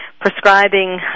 prescribing